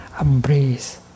embrace